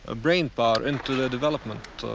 ah brain power into the development